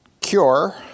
cure